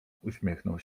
uśmiechnął